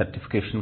సూర్యుడి